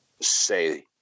say